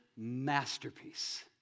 masterpiece